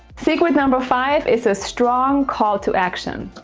secret. number five is a strong call to action.